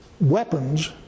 weapons